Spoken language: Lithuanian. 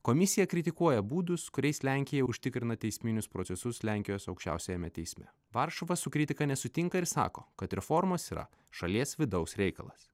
komisija kritikuoja būdus kuriais lenkija užtikrina teisminius procesus lenkijos aukščiausiajame teisme varšuva su kritika nesutinka ir sako kad reformos yra šalies vidaus reikalas